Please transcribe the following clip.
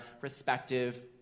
respective